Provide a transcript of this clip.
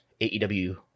AEW